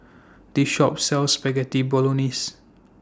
This Shop sells Spaghetti Bolognese